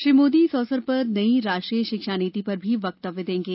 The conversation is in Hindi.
श्री मोदी इस अवसर पर नई राष्ट्रीय शिक्षा नीति पर भी वक्तव्य देंगे